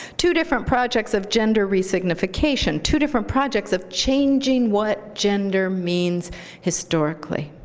two different projects of gender resignification, two different projects of changing what gender means historically.